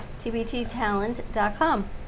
tbttalent.com